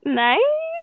nice